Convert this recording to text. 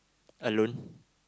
alone